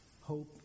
Hope